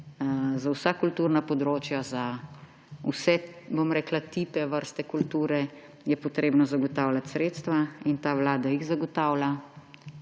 za vsa kulturna področja, za vse, bom rekla, tipe, vrste kulture je potrebno zagotavljati sredstva in ta vlada jih zagotavlja.